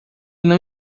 não